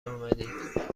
آمدید